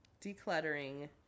decluttering